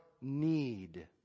need